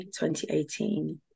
2018